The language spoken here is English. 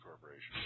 Corporation